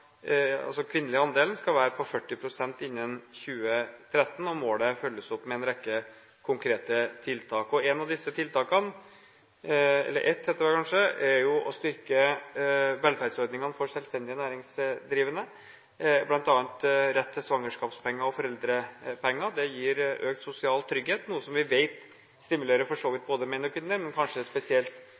altså den kvinnelige andelen – skal være på 40 pst. innen 2013. Målet følges opp med en rekke konkrete tiltak. Et av disse tiltakene er å styrke velferdsordningene for selvstendig næringsdrivende, bl.a. rett til svangerskapspenger og foreldrepenger. Det gir økt sosial trygghet, noe som vi vet stimulerer for så vidt både menn og kvinner, men kanskje spesielt